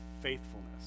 faithfulness